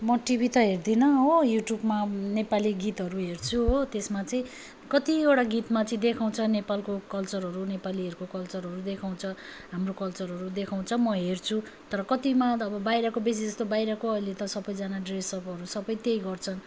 म टिभी त हेर्दिनँ हो युट्युबमा नेपाली गीतहरू हेर्छु हो त्यसमा चाहिँ कतिवटा गीतमा चाहिँ देखाउँछ नेपालको कल्चरहरू नेपालीहरूको कल्चरहरू देखाउँछ हाम्रो कल्चरहरू देखाउँछ म हेर्छु तर कतिमा त अब बाहिरको बेसी जस्तो बाहिरको अहिले त सबैजना ड्रेसअपहरू सबै त्यही गर्छन्